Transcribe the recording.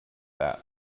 that